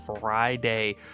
Friday